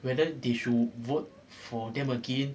whether they should vote for them again